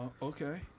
Okay